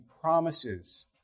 promises